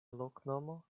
loknomo